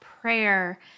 prayer